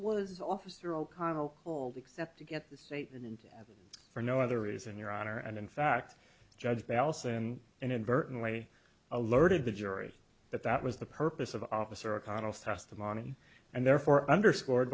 was officer o'connell told except to get that statement and for no other reason your honor and in fact judge belsen inadvertently alerted the jury that that was the purpose of officer connell's testimony and therefore underscored